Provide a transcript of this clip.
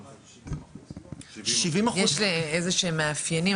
70%. יש לזה איזה שהם מאפיינים?